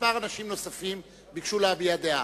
כמה אנשים נוספים ביקשו להביע דעה.